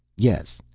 yes.